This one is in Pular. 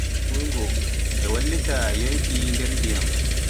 dande wurngo e wallita yonkiji nder ndiyam